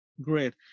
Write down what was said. Great